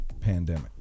pandemic